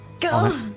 Go